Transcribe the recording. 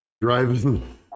driving